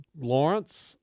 Lawrence